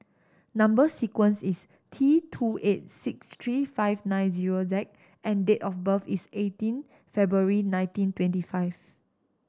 number sequence is T two eight six three five nine zero Z and date of birth is eighteen February nineteen twenty five